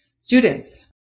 students